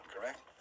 correct